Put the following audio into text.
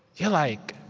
you're like,